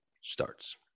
starts